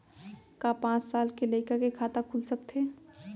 का पाँच साल के लइका के खाता खुल सकथे?